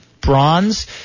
bronze